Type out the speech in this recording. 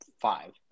five